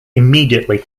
immediately